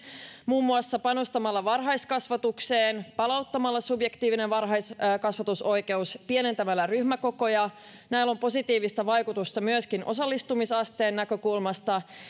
muun muassa panostamalla varhaiskasvatukseen palauttamalla subjektiivisen varhaiskasvatusoikeuden pienentämällä ryhmäkokoja näillä on positiivista vaikutusta myöskin osallistumisasteen näkökulmasta